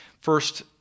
First